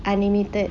unlimited